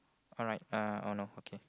alright uh oh no okay